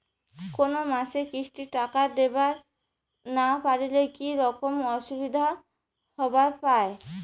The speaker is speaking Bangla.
কোনো মাসে কিস্তির টাকা দিবার না পারিলে কি রকম অসুবিধা হবার পায়?